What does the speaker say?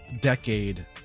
decade